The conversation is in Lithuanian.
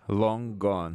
long gone